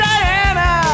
Diana